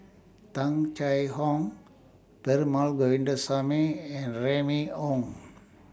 Tung Chye Hong Perumal Govindaswamy and Remy Ong